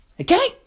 Okay